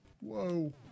whoa